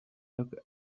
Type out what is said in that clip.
look